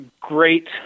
great